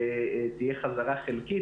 תהיה חזרה חלקית,